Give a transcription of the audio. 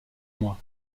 mois